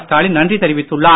ஸ்டாலின் நன்றி தெரிவித்துள்ளார்